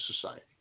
society